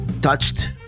touched